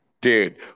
dude